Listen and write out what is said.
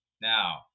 Now